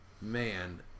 man